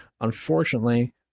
Unfortunately